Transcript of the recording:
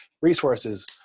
resources